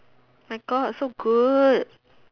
my God so good